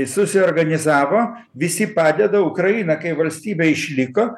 susiorganizavo visi padeda ukraina kaip valstybė išliko